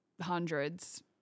Hundreds